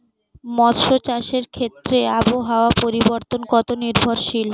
মৎস্য চাষের ক্ষেত্রে আবহাওয়া পরিবর্তন কত নির্ভরশীল?